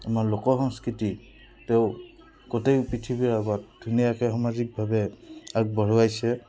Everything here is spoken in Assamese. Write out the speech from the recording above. আমাৰ লোক সংস্কৃতি তেওঁ গোটেই পৃথিৱীৰ আগত ধুনীয়াকে সামাজিকভাৱে আগবঢ়ুৱাইছে